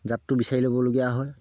জাতটো বিচাৰি ল'বলগীয়া হয়